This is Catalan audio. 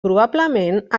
probablement